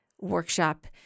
workshop